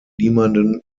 niemanden